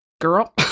girl